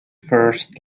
first